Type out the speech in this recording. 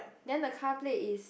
then the car plate is